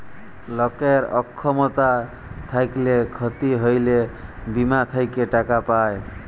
লকের অক্ষমতা থ্যাইকলে ক্ষতি হ্যইলে বীমা থ্যাইকে টাকা পায়